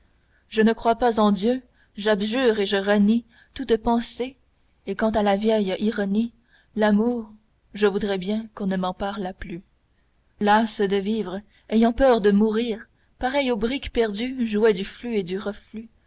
je ne crois pas en dieu j'abjure et je renie toute pensée et quant à la vieille ironie l'amour je voudrais bien qu'on ne m'en parlât plus lasse de vivre ayant peur de mourir pareille au brick perdu jouet du flux et du reflux